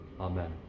Amen